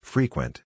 Frequent